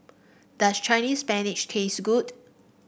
does Chinese Spinach taste good